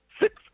Six